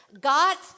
got